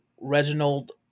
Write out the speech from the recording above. Reginald